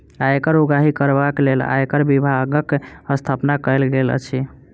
आयकर उगाही करबाक लेल आयकर विभागक स्थापना कयल गेल अछि